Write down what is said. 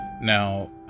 now